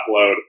upload